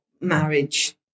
marriage